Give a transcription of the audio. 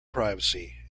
privacy